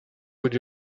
would